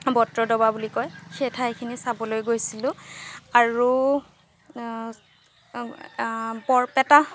বতদ্ৰৱা বুলি কয় সেই ঠাইখিনি চাবলৈ গৈছিলো আৰু বৰপেটা